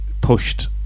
pushed